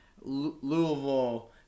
Louisville